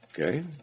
Okay